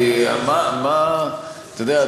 כי אתה יודע,